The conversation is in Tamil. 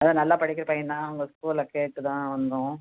அதான் நல்லா படிக்கிற பையன் தான் அவங்க ஸ்கூலில் கேட்டு தான் வந்தோம்